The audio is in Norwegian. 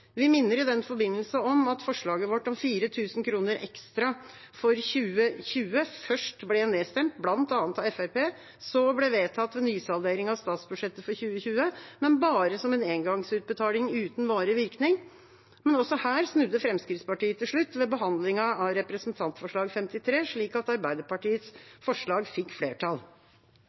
Vi minner i den forbindelse om at forslaget vårt om 4 000 kr ekstra for 2020 først ble nedstemt, bl.a. av Fremskrittspartiet, og så ble det vedtatt ved nysaldering av statsbudsjettet for 2020, men bare som en engangsutbetaling uten varig virkning. Men også her snudde Fremskrittspartiet til slutt, ved behandlingen av Representantforslag 53 S, slik at Arbeiderpartiets forslag fikk flertall.